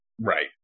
Right